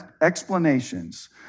explanations